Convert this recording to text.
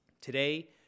Today